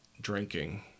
drinking